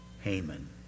Haman